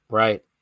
right